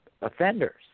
offenders